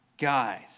guys